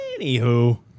Anywho